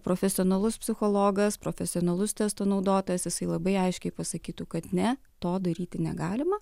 profesionalus psichologas profesionalus testo naudotojas jisai labai aiškiai pasakytų kad ne to daryti negalima